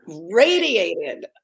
radiated